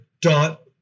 dot